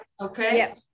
Okay